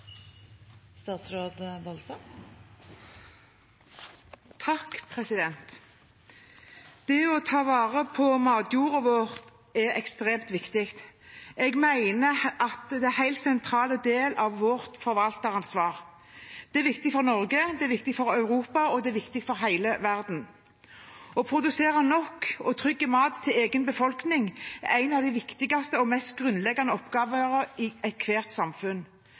ekstremt viktig. Jeg mener det er en helt sentral del av vårt forvalteransvar. Det er viktig for Norge, det er viktig for Europa, og det er viktig for hele verden. Å produsere nok og trygg mat til egen befolkning er en av de viktigste og mest grunnleggende oppgaver i ethvert samfunn.